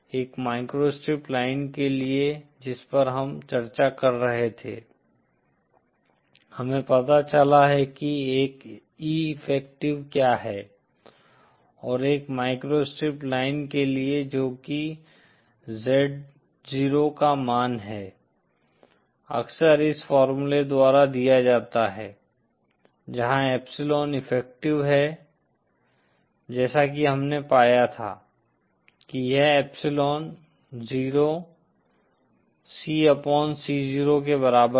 एक microstrip line के लिए जिस पर हम चर्चा कर रहे थे हमें पता चला है कि एक E इफेक्टिव क्या है और एक माइक्रोस्ट्रिप लाइन के लिए जो कि Z0 का मान है अक्सर इस फॉमूले द्वारा दिया जाता है जहां एप्सिलोन इफेक्टिव है जैसा कि हमने पाया था कि यह एप्सिलोन 0 C अपॉन C0 के बराबर था